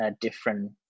different